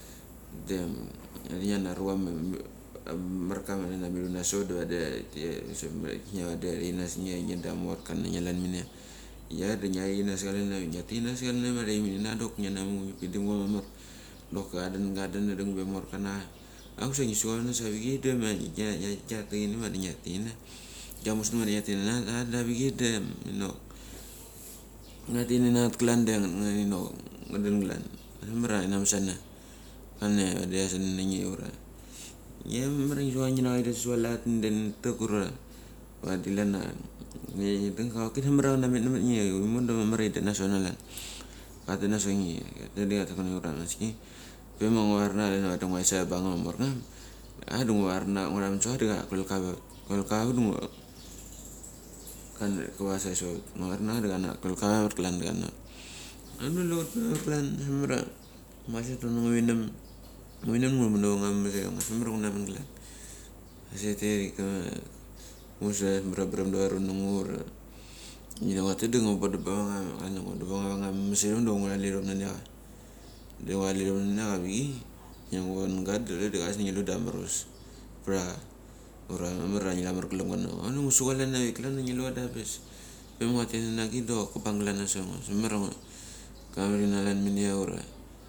Dem tha thi chian arucha ma amar ammarka ma mithuna sot da vadi thi te same nge vadi thai kana sangnge vadi amoroka na nge chalan mania. Ia da ngia tihik kana sa chalan avik. Ngia tik kana sa cha chalan avik ma athaimini cha doki ngia na mu ngi pindam ga mamar, doki cha dun. cha dun. cha dung be ia amorka na cha. Auk sa ngi sun nas avi chai da ma nge gia tachi ni ma vadi ngia ti china, gi musnung vadi ngia tik kana nanget a da vi chai dam inok ngia tik kana nangeth klan da ngeth nga thi nok ng a dun glan. Ambes mamar a chana masana. Klan avadi thasana na nge ura nge mamar angi a ngi sucha ngi na cha in det su va lat den tek ura, vadi lan ange a nge ngi tak da bes mamar a chana met na ma nge a imo da mamar a in det na sot ana chalan. Ka tet na sot tha nge. Katet da. Tet da cha tet da cha tet na meno garas ki. Pe ma ngua va van na chaia clan a vadi nguait savi ia bung ngum ma morngum, a da ngua var ngua tha mun su ve cha da kulel ka ve vat kule kave va vat da ngua kani ka vas save sa va vat. Ngua var na cha da kulel ka ve ua ut vut klan glana. A du klout pe va bung bes mamar a ngua that ura ngu vithum. Ngu vithium ngu thu mun aua ma mes ithing bes mamar ia ngu na mun glan. Asik tiathik ka muchus da ave brem, brem da ava ron na ngo ura, chi ni chok ngua tet da nguo bo dum ba van nga a vung na masmas ithong da ngu thal ithog naniacha. Da mali ngu ngim na ni cha avi chai, de ngu von ga dau chas du chule da ngi lu da marves ptha cha ura mamara lu du amarglum ngo ha vtha cha. Ngo da ngu sucha lan avik klan a ngi lucha da bes. Pema chat tik kana na git dachok ka bung glan na sot ango. Am bes mamar a ngo, ka thikana chalan mania ura.